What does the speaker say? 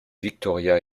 victoria